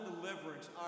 deliverance